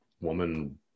woman